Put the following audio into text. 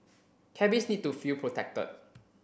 cabbies need to feel protected